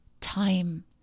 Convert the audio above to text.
Time